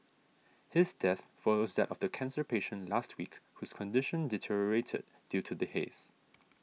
his death follows that of the cancer patient last week whose condition deteriorated due to the haze